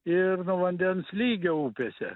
ir nuo vandens lygio upėse